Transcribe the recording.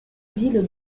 ville